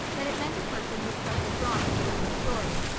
that it meant a person with something wrong in his upper story.